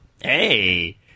Hey